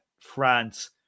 France